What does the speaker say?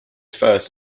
first